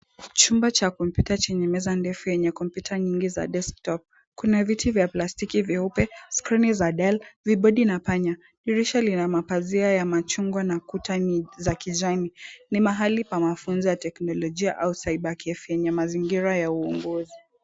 Chumba cha kompyuta chenye meza ndefu yenye kompyuta nyingi za desktop. Kuna viti vya plastiki vyeupe, skrini za dell, vibodi na panya. Dirisha lina mapazia ya machungwa na kuta za kijani, ni mahali pa mafunzo ya teknolojia au cybercafe yenye mazingira ya uongozi.